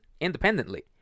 independently